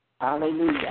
Hallelujah